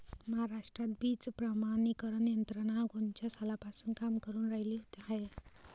महाराष्ट्रात बीज प्रमानीकरण यंत्रना कोनच्या सालापासून काम करुन रायली हाये?